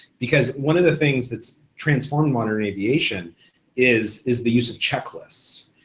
because one of the things that's transformed modern aviation is is the use of checklists,